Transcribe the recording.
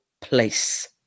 place